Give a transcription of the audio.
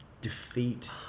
defeat